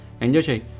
Enjoy